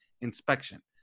inspection